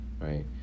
right